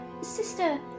Sister